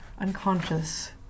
unconscious